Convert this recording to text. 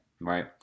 right